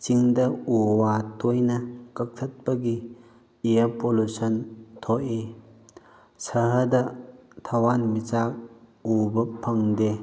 ꯆꯤꯡꯗ ꯎ ꯋꯥ ꯇꯣꯏꯅ ꯀꯛꯊꯠꯄꯒꯤ ꯏꯌꯥꯔ ꯄꯣꯂꯨꯁꯟ ꯊꯣꯛꯏ ꯁꯍꯔꯗ ꯊꯋꯥꯟꯃꯤꯆꯥꯛ ꯎꯕ ꯐꯪꯗꯦ